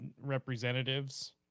representatives